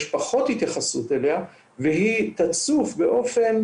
יש פחות התייחסות אליה והיא תצוף באופן